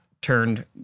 turned